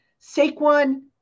Saquon